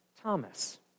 Thomas